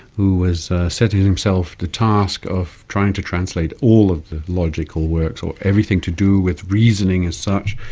who was setting himself the task of trying to translate all of the logical works, or everything to do with reasoning as such.